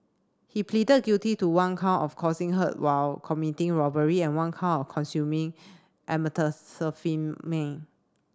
he pleaded guilty to one count of causing hurt while committing robbery and one count of consuming